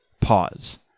Pause